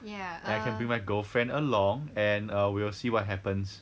ya I can bring my girlfriend along and err we'll see what happens